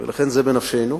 ולכן זה בנפשנו.